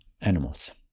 animals